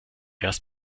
erst